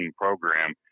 program